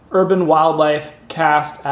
urbanwildlifecast